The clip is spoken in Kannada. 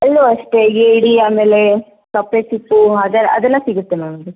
ಅಲ್ಲೂ ಅಷ್ಟೆ ಏಡಿ ಆಮೇಲೆ ಕಪ್ಪೆಚಿಪ್ಪು ಅದೆ ಅದೆಲ್ಲ ಸಿಗುತ್ತೆ ಮ್ಯಾಮ್